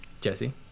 Jesse